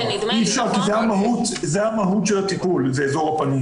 כי מהות הטיפול זה אזור הפה,